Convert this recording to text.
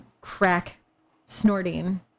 crack-snorting